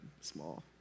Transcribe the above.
small